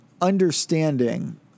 understanding